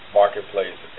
marketplace